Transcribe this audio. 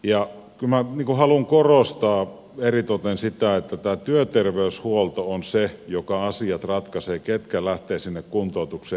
kyllä minä haluan korostaa eritoten sitä että tämä työterveyshuolto on se joka asiat ratkaisee ketkä lähtevät sinne kuntoutukseen